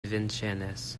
vincennes